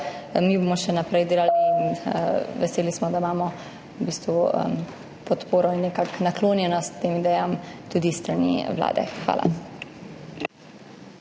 Mi bomo še naprej delali in veseli smo, da imamo podporo in naklonjenost tem idejam tudi s strani vlade. Hvala.